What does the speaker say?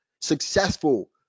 successful